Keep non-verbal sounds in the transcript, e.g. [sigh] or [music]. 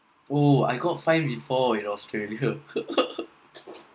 oh I got fined before in australia [laughs]